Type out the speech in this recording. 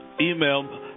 email